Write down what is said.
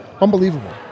Unbelievable